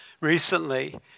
recently